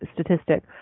statistic